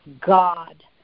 God